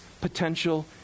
potential